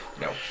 No